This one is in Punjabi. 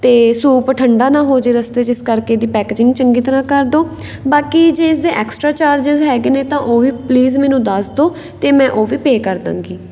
ਅਤੇ ਸੂਪ ਠੰਡਾ ਨਾ ਹੋ ਜਾਵੇ ਰਸਤੇ 'ਚ ਇਸ ਕਰਕੇ ਇਹਦੀ ਪੈਕਜਿੰਗ ਚੰਗੀ ਤਰ੍ਹਾਂ ਕਰ ਦਿਓ ਬਾਕੀ ਜੇ ਇਸਦੇ ਐਕਸਟਰਾ ਚਾਰਜਿਸ ਹੈਗੇ ਨੇ ਤਾਂ ਉਹ ਵੀ ਪਲੀਜ਼ ਮੈਨੂੰ ਦੱਸ ਦਿਓ ਅਤੇ ਮੈਂ ਉਹ ਵੀ ਪੇ ਕਰ ਦਾਂਗੀ